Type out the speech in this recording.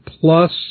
Plus